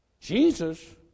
Jesus